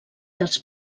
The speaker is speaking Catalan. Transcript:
dels